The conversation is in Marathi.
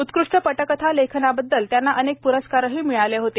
उत्कृष्ट पटकथा लेखनाबद्दल त्यांना अनेक पुरस्कारही पुरस्कारही मिळाले होते